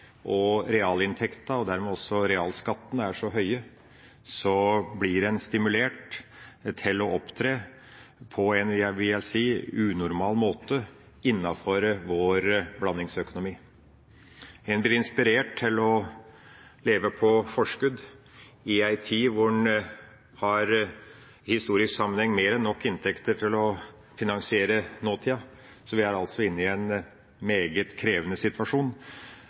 og realinntekta og dermed også realskatten er så høy, blir en stimulert til å opptre på en – vil jeg si – unormal måte innenfor vår blandingsøkonomi. En blir inspirert til å leve på forskudd i en tid da en i historisk sammenheng har mer enn nok inntekter til å finansiere nåtida. Så vi er inne i en meget krevende situasjon